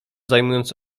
zajmując